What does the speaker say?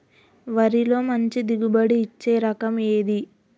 వరిలో మంచి దిగుబడి ఇచ్చే రకం ఏది?